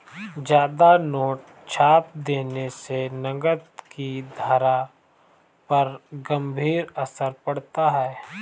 ज्यादा नोट छाप देने से नकद की धारा पर गंभीर असर पड़ता है